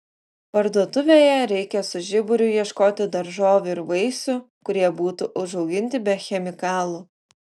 parduotuvėje reikia su žiburiu ieškoti daržovių ir vaisių kurie būtų užauginti be chemikalų